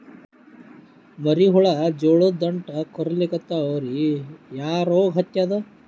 ಮರಿ ಹುಳ ಜೋಳದ ದಂಟ ಕೊರಿಲಿಕತ್ತಾವ ರೀ ಯಾ ರೋಗ ಹತ್ಯಾದ?